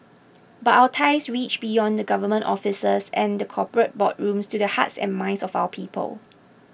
but our ties reach beyond the government offices and the corporate boardrooms to the hearts and minds of our people